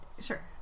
sure